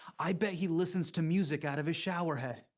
i bet he listens to music out of his shower head.